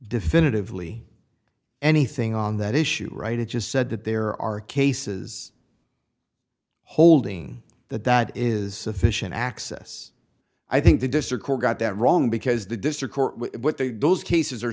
definitively anything on that issue right it just said that there are cases holding that that is fission access i think the district court got that wrong because the district court what they do those cases are